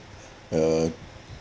uh